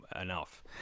enough